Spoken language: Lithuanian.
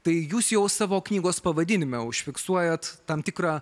tai jūs jau savo knygos pavadinime užfiksuojat tam tikrą